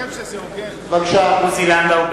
(קורא בשמות חברי הכנסת) עוזי לנדאו,